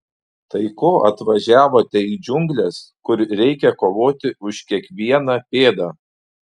tai ko atvažiavote į džiungles kur reikia kovoti už kiekvieną pėdą